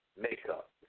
makeup